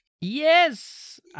Yes